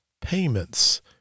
payments